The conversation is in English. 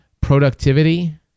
Productivity